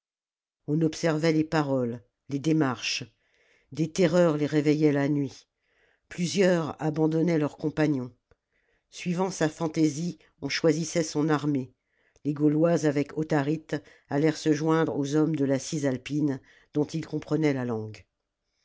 on observait les paroles les démarches des terreurs les réveillaient la nuit plusieurs abandonnaient leurs compagnons suivant sa fantaisie on choisissait son armée les gaulois avec autharite allèrent se joindre aux hommes de la cisalpine dont ils comprenaient la langue